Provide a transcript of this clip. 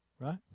Right